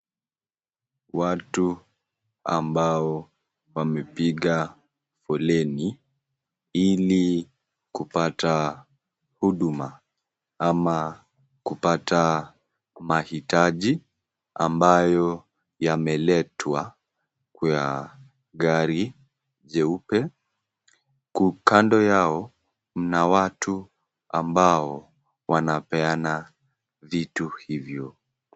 Watu ambao wamepiga foleni ili kupata huduma ama kupata mahitaji ambayo yameletwa kwa gari jeupe. Kando yao mna watu ambao wanapeana vitu hivyo.